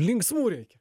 linksmų reikia